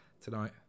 tonight